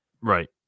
right